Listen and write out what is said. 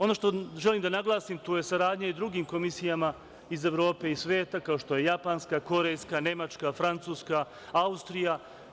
Ono što želim da naglasim, to je saradnja i sa drugim komisijama iz Evrope i sveta kao što je japanska, korejska, nemačka, francuska, Austrija.